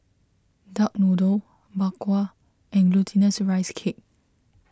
Duck Noodle Bak Kwa and Glutinous Rice Cake